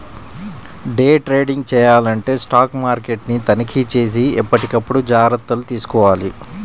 day trading చెయ్యాలంటే stock మార్కెట్ని తనిఖీచేసి ఎప్పటికప్పుడు జాగర్తలు తీసుకోవాలి